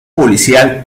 policial